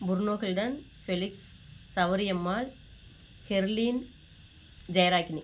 Purno Gilton Felix Sowriammal Herleen Jayaragini